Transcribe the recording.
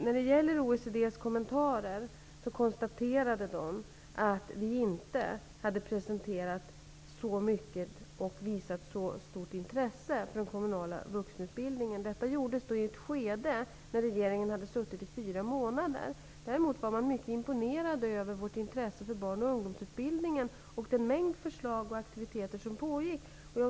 Vad gäller kommentarerna från OECD:s representanter konstaterade dessa att vi inte hade presenterat så mycket och inte hade visat så stort intresse för den kommunala vuxenutbildningen, men detta gjordes i ett skede när regeringen hade suttit i fyra månader. Man var däremot mycket imponerad över vårt intresse för barn och ungdomsutbildningen och den mängd förslag och aktiviteter som fanns.